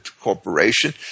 Corporation